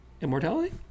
Immortality